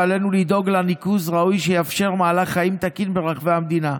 ועלינו לדאוג לניקוז ראוי שיאפשר מהלך חיים תקין ברחבי המדינה.